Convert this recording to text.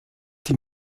die